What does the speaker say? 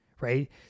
Right